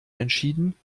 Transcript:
entschieden